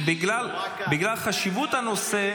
בגלל חשיבות הנושא,